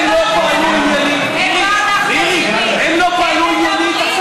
מירי, מירי הם לא פעלו עניינית.